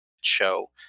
show